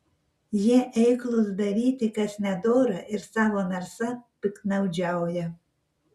jie eiklūs daryti kas nedora ir savo narsa piktnaudžiauja